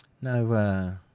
No